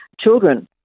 children